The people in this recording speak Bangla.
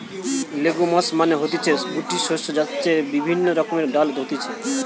লেগুমস মানে হতিছে গুটি শস্য যাতে বিভিন্ন রকমের ডাল হতিছে